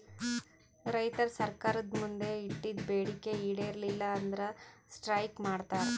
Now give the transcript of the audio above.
ರೈತರ್ ಸರ್ಕಾರ್ದ್ ಮುಂದ್ ಇಟ್ಟಿದ್ದ್ ಬೇಡಿಕೆ ಈಡೇರಲಿಲ್ಲ ಅಂದ್ರ ಸ್ಟ್ರೈಕ್ ಮಾಡ್ತಾರ್